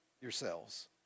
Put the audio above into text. yourselves